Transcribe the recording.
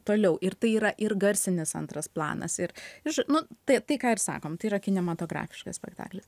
toliau ir tai yra ir garsinis antras planas ir iš nu tai tai ką ir sakom tai yra kinematografiškas spektaklis